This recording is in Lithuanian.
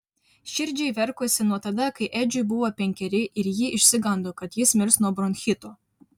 širdžiai verkusi nuo tada kai edžiui buvo penkeri ir ji išsigando kad jis mirs nuo bronchito